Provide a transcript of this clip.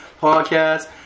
podcast